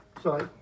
Sorry